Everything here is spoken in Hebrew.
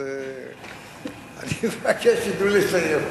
אז אני מבקש שייתנו לי לסיים.